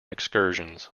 excursions